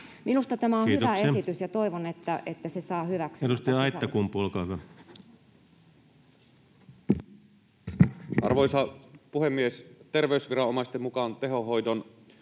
Minusta tämä on hyvä esitys, ja toivon, että se saa hyväksynnän tässä salissa. Kiitoksia. — Edustaja Aittakumpu, olkaa hyvä. Arvoisa puhemies! Terveysviranomaisten mukaan tehohoidon